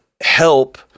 help